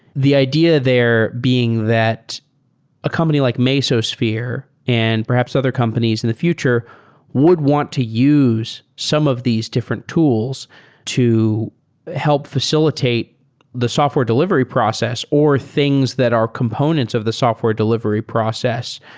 the idea there being that a company like mesosphere and perhaps other companies in the future would want to use some of these different tools to help facilitate the software delivery process or things that are components of the software delivery process.